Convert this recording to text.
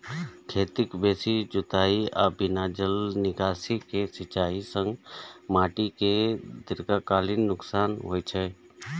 खेतक बेसी जुताइ आ बिना जल निकासी के सिंचाइ सं माटि कें दीर्घकालीन नुकसान होइ छै